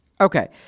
Okay